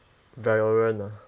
valorant ah